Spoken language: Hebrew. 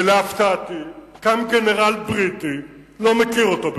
ולהפתעתי, קם גנרל בריטי, לא מכיר אותו בכלל,